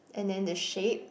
and then the shape